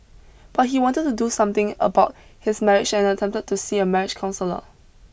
but he had wanted to do something about his marriage and attempted to see a marriage counsellor